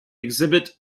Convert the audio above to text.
exhibit